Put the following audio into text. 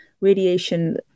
radiation